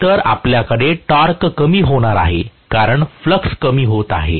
तर आपल्याकडे टॉर्क कमी होणार आहे कारण फ्लक्स कमी होत आहे